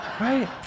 Right